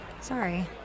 Sorry